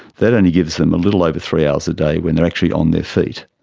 that only gives them a little over three hours a day when they're actually on their feet.